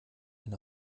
wenn